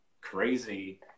crazy